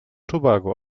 tobago